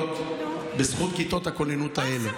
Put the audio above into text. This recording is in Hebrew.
בזכות כיתות הכוננות האלה.